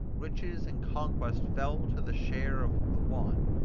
riches and conquest fell to the share of the one,